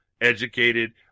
educated